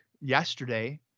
yesterday